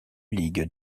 ligues